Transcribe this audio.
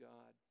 God